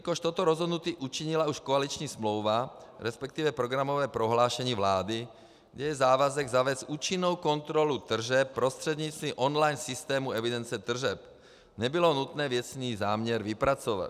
Jelikož toto rozhodnutí učinila už koaliční smlouva, respektive programové prohlášení vlády, je závazek zavést účinnou kontrolu tržeb prostřednictvím online systému evidence tržeb, nebylo nutné věcný záměr vypracovat.